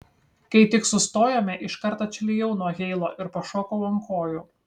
kai tik sustojome iškart atšlijau nuo heilo ir pašokau ant kojų